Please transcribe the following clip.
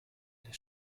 der